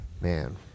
Man